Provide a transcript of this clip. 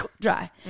dry